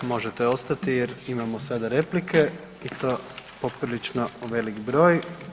Možete ostati jer imamo sada replike i to poprilično velik broj.